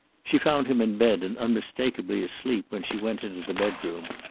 she found him in bed and unmistakably asleep when she went into the bedroom.